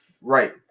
Right